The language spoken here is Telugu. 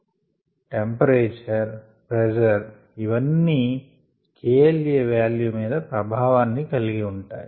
ఉష్ణోగ్రత ప్రెజర్ ఇవన్నీ kLaవాల్యూ మీద ప్రభావాన్ని కలిగి ఉంటాయి